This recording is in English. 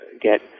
get